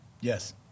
Yes